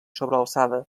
sobrealçada